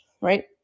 right